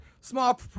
small